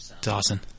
Dawson